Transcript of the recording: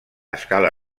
escala